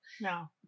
No